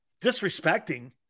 Disrespecting